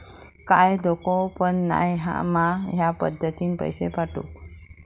काय धोको पन नाय मा ह्या पद्धतीनं पैसे पाठउक?